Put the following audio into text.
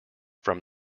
from